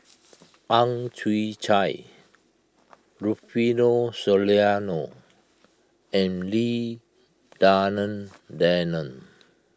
Ang Chwee Chai Rufino Soliano and Lim Denan Denon